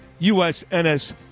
USNS